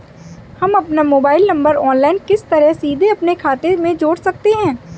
हम अपना mobile number online किस तरह सीधे अपने खाते में जोड़ सकते हैं?